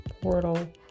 portal